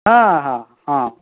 ହଁ ହଁ ହଁ